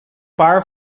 par